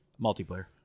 Multiplayer